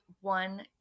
one